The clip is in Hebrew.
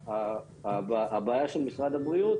באה הבעיה של משרד הבריאות,